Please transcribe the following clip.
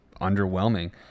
underwhelming